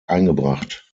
eingebracht